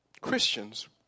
Christians